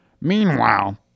meanwhile